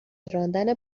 راندن